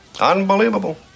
unbelievable